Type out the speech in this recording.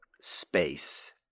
space